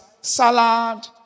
salad